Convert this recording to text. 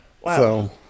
wow